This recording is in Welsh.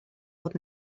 bod